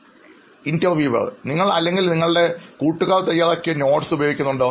അഭിമുഖം നടത്തുന്നയാൾ നിങ്ങൾ അല്ലെങ്കിൽ നിങ്ങളുടെ സുഹൃത്തുക്കൾ തയ്യാറാക്കിയ നോട്സ് നിങ്ങൾ ഉപയോഗിക്കാറുണ്ടോ